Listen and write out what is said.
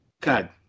God